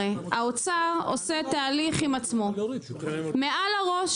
האוצר עושה תהליך עם עצמו מעל הראש